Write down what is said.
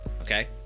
okay